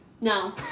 No